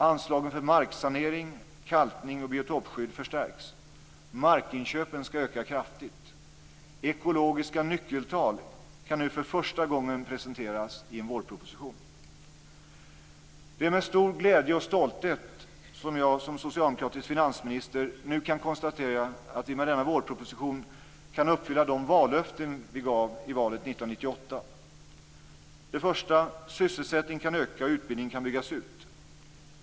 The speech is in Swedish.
Anslagen för marksanering, kalkning och biotopskydd förstärks. Markinköpen skall öka kraftigt. Ekologiska nyckeltal kan nu för första gången presenteras i en vårproposition. Det är med stor glädje och stolthet som jag som socialdemokratisk finansminister nu kan konstatera att vi med denna vårproposition kan uppfylla de vallöften vi gav i valet 1998. 1. Sysselsättningen kan öka och utbildningen kan byggas ut.